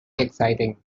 exciting